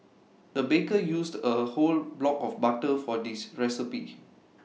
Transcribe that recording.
the baker used A whole block of butter for this recipe